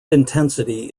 intensity